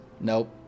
Nope